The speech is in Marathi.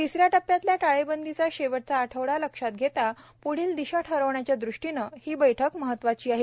तिसऱ्या टप्प्यातल्या टाळेबंदीचा शेवटचा आठवडा लक्षात घेता प्ढील दिशा ठरवण्याच्या दृष्टीनं ही बैठक महत्त्वाची आहे